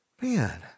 man